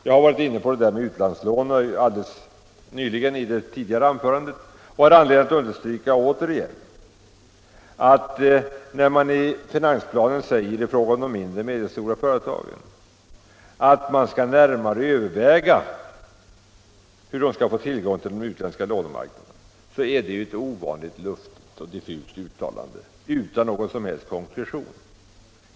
Jag har varit inne på utlandslånen nyligen i mitt tidigare anförande och har anledning att återigen understryka att när finansplanen i fråga om mindre och medelstora företag säger att det närmare skall övervägas hur dessa skall få tillgång till den utländska lånemarknaden är det ett ovanligt luddigt och diffust uttalande utan någon som helst konkretion.